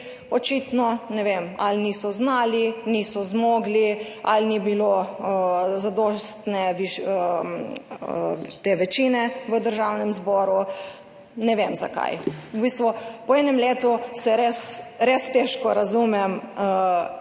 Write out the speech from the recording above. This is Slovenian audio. očitno, ne vem, ali niso znali, niso zmogli ali ni bilo zadostne te večine v Državnem zboru, ne vem zakaj. V bistvu, po enem letu res res težko razumem